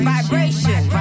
Vibration